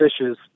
fishes